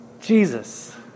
Jesus